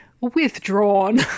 withdrawn